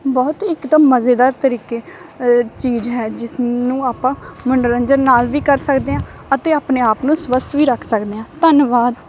ਬਹੁਤ ਇੱਕ ਤਾਂ ਮਜ਼ੇਦਾਰ ਤਰੀਕੇ ਚੀਜ਼ ਹੈ ਜਿਸ ਨੂੰ ਆਪਾਂ ਮਨੋਰੰਜਨ ਨਾਲ ਵੀ ਕਰ ਸਕਦੇ ਹਾਂ ਅਤੇ ਆਪਣੇ ਆਪ ਨੂੰ ਸਵੱਸਥ ਵੀ ਰੱਖ ਸਕਦੇ ਹਾਂ ਧੰਨਵਾਦ